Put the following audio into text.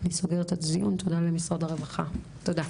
אני סוגרת את הדיון, תודה למשרד הרווחה, תודה.